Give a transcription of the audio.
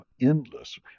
endless